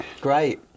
Great